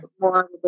more